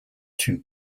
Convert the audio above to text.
too